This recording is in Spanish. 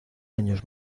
años